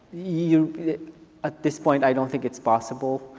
you know at ah this point i don't think it's possible.